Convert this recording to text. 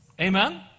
Amen